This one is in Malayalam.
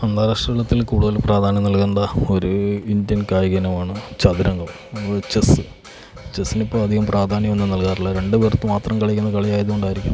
അന്താരാഷ്ട്ര തലത്തിൽ കൂടുതൽ പ്രാധാന്യം നൽകേണ്ട ഒരു ഇന്ത്യൻ കായിക ഇനമാണ് ചതുരംഗം ചെസ്സ് ചെസ്സിനിപ്പം അധികം പ്രാധാന്യമൊന്നും നൽകാറില്ല രണ്ട് പേർ ഒത്ത് മാത്രം കളിക്കുന്ന കളി ആയതുകൊണ്ടായിരിക്കും